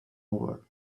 over